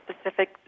specific